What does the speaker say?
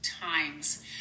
times